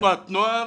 תנועת נוער.